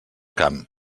camp